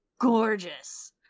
gorgeous